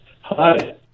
Hi